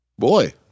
boy